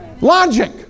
Logic